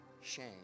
Shame